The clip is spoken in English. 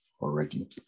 already